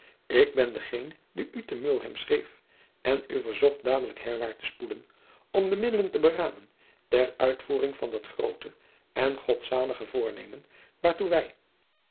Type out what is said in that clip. ik ben degeen die u te mulheim schreef en u verzocht dadelijk herwaart te spoeden om de middelen te beramen ter uitvoering van dat groote en godzalige voornemen waartoe wij